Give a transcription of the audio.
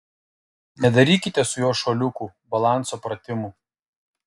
nedarykite su juo šuoliukų balanso pratimų